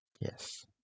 Yes